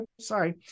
sorry